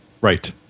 Right